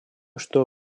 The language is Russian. что